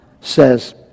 says